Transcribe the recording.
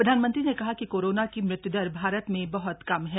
प्रधानमंत्री ने कहा कि कोरोना की मृत्युदर भारत में बहुत कम है